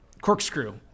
Corkscrew